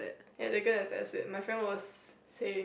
and they can't access it my friend was saying